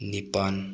ꯅꯤꯄꯥꯟ